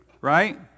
Right